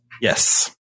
Yes